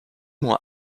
mois